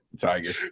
Tiger